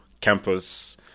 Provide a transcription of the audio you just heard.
campus